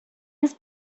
his